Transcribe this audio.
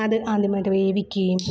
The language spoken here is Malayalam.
അത് ആദ്യമായിട്ട് വേവിക്കുകയും